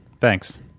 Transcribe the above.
Thanks